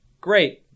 great